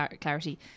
clarity